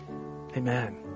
amen